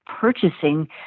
purchasing